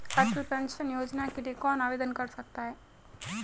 अटल pension योजना के लिए कौन आवेदन कर सकता है?